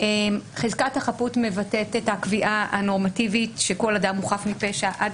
חזקת החפות מבטאת את הקביעה הנורמטיבית שכל אדם הוא חף מפשע עד